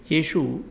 येषु